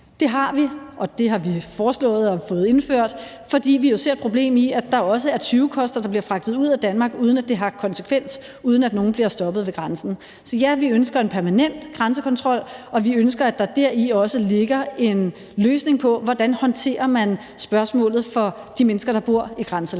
Det har vi, og det har vi foreslået og fået indført, fordi vi jo ser et problem i, at der også er tyvekoster, der bliver fragtet ud af Danmark, uden at det har konsekvens, og uden at nogen bliver stoppet ved grænsen. Så ja, vi ønsker en permanent grænsekontrol, og vi ønsker, at der deri også ligger en løsning på, hvordan man håndterer spørgsmålet for de mennesker, der bor i grænselandet.